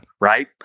right